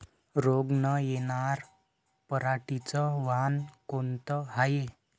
रोग न येनार पराटीचं वान कोनतं हाये?